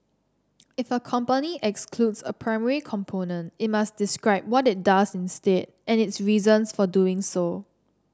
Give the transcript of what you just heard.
if a company excludes a primary component it must describe what it does instead and its reasons for doing so